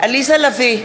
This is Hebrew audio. עליזה לביא,